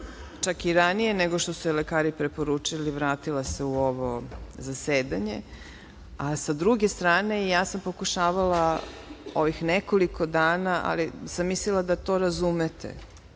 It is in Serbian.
čak i ranije nego što su joj lekari preporučili vratila se u ovo zasedanje. Sa druge strane, ja sam pokušavala ovih nekoliko dana, ali sam mislila da to razumete,